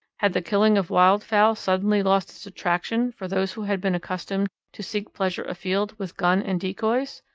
had the killing of wild fowl suddenly lost its attraction for those who had been accustomed to seek pleasure afield with gun and decoys?